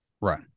Right